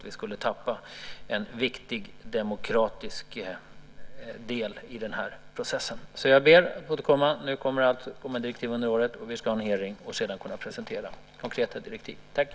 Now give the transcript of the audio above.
Vi skulle då tappa en viktig demokratisk del i den här procesen. Jag ber därför att få återkomma. Vi ska alltså ha en hearing, och sedan kommer jag att presentera konkreta direktiv under året.